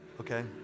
okay